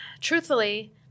truthfully